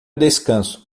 descanso